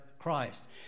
Christ